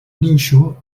nínxol